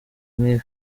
nk’ibi